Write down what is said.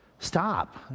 stop